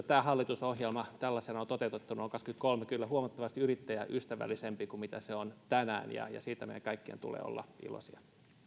tämä hallitusohjelma on tällaisena toteutettu on vuonna kaksikymmentäkolme kyllä huomattavasti yrittäjäystävällisempi kuin mitä se on tänään ja siitä meidän kaikkien tulee olla iloisia